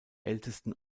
ältesten